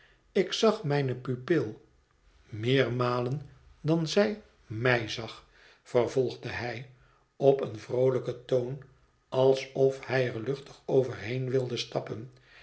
ik zag mijne pupil meermalen dan zij mij zag vervolgde hij op een vroolijken toon alsof hij er luchtig overheen wilde stappen